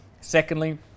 Secondly